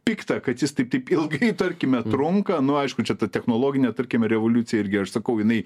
pikta kad jis taip taip ilgai tarkime trunka nu aišku čia ta technologinė tarkime revoliucija irgi aš sakau jinai